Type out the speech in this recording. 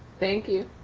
thank you.